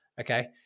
Okay